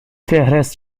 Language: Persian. فهرست